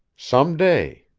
some day.